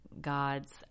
gods